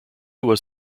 was